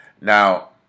Now